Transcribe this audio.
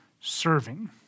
serving